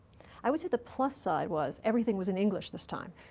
i would say the plus side was everything was in english this time.